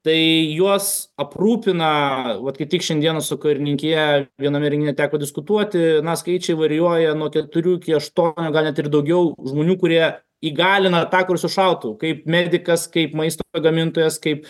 tai juos aprūpina vat kaip tik šiandieną su karininkija viename renginyje teko diskutuoti na skaičiai varijuoja nuo keturių iki aštuonių gal net ir daugiau žmonių kurie įgalina tą kur su šautuvu kaip medikas kaip maisto gamintojas kaip